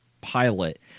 pilot